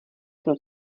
pro